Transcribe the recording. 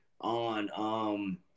on –